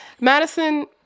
Madison